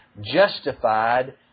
justified